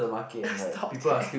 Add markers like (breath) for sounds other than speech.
(breath) stop there